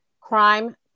crime